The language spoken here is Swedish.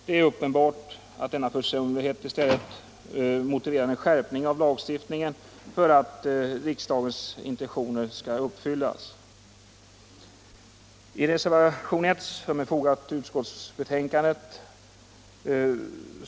Det är uppenbart att denna försumlighet i stället borde motivera en skärpning av lagstiftningen för att riksdagens intentioner skall uppfyllas. ha rätt till denna undervisning.